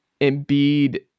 Embiid